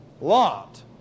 Lot